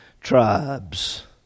tribes